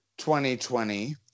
2020